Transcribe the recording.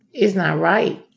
it's not right.